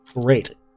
great